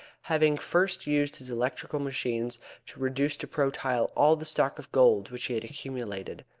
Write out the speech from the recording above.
having first used his electrical machines to reduce to protyle all the stock of gold which he had accumulated.